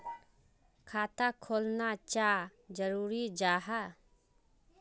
खाता खोलना चाँ जरुरी जाहा?